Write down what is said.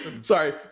Sorry